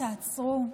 תעצרו,